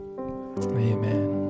amen